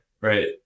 Right